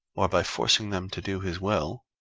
or by forcing them to do his will.